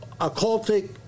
occultic